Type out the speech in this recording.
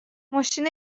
ماشین